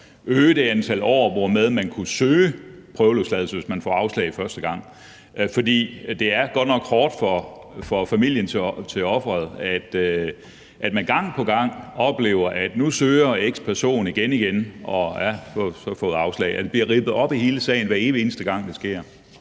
øge det antal år, der går, før man kan søge prøveløsladelse, hvis man får afslag første gang. For det er godt nok hårdt for familien til offeret, at man gang på gang oplever, at nu søger x person igen igen, men kan få afslag. Der bliver ribbet op i hele sagen, hver evig eneste gang det sker.